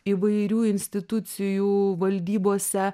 įvairių institucijų valdybose